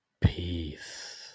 Peace